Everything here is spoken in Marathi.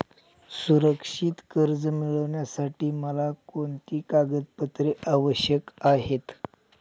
सुरक्षित कर्ज मिळविण्यासाठी मला कोणती कागदपत्रे आवश्यक आहेत